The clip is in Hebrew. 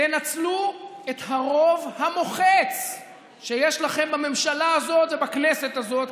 תנצלו את הרוב המוחץ שיש לכם בממשלה הזאת ובכנסת הזאת,